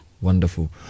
Wonderful